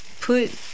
Put